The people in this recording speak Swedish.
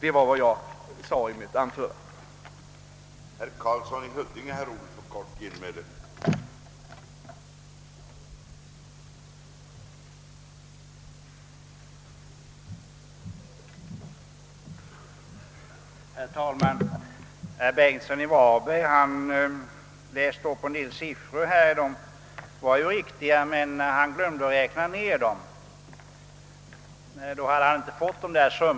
Detta var vad jag ville ha sagt i mitt anförande.